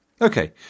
Okay